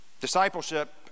Discipleship